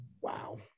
Wow